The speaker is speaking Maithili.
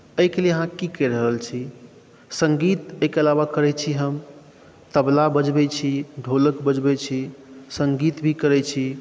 एहिके लिए अहाँ की कऽ रहल छी सङ्गीत एहिके अलावा करै छी हम तबला बजबै छी ढोलक बजबै छी सङ्गीत भी करै छी